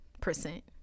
percent